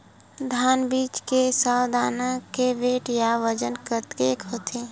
धान बीज के सौ दाना के वेट या बजन कतके होथे?